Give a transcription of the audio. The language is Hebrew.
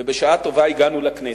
ובשעה טובה הגענו לכנסת.